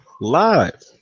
live